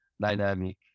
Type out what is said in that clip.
dynamic